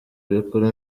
bikuru